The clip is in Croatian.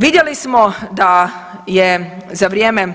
Vidjeli smo da je za vrijeme